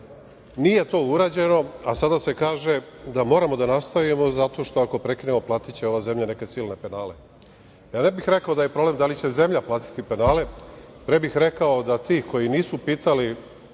Nije to urađeno, a sada se kaže da moramo da nastavimo, zato što ako prekinemo, platiće ova zemlja neke silne penale. Ja ne bih rekao da je problem da li će zemlja platiti penale, pre bih rekao da ti koji nisu pitali